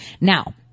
Now